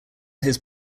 his